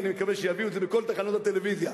ואני מקווה שיביאו את זה בכל תחנות הטלוויזיה,